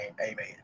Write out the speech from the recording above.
amen